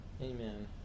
amen